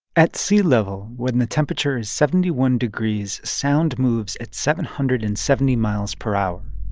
at sea level, when the temperature is seventy one degrees, sound moves at seven hundred and seventy mph.